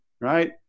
right